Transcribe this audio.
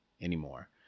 anymore